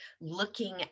looking